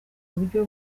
buryo